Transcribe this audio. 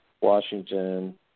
Washington